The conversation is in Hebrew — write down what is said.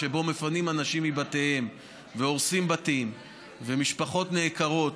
שבו מפנים אנשים מבתיהם והורסים בתים ומשפחות נעקרות,